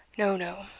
no, no!